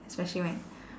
especially when